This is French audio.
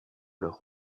leur